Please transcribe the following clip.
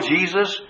Jesus